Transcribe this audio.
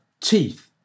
Teeth